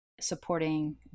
supporting